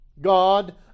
God